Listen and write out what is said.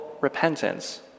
repentance